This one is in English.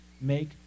make